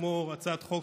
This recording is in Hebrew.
כמו הצעת חוק